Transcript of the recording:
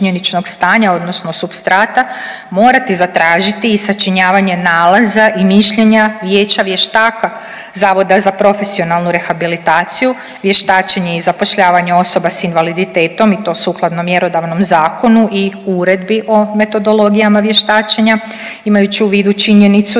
činjeničnog stanja odnosno supstrata morati zatražiti i sačinjavanje nalaza i mišljenja vijeća vještaka Zavoda za profesionalnu rehabilitaciju, vještačenje i zapošljavanje osoba s invaliditetom i to sukladno mjerodavnom zakonu i uredbi o metodologijama vještačenja imajući u vidu činjenicu